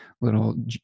little